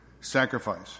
sacrifice